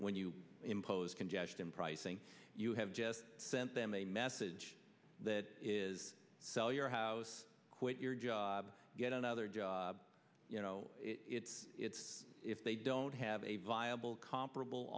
when you impose congestion pricing you have just sent them a message that is sell your house quit your job get another job you know if they don't have a viable comparable